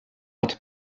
nad